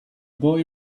boy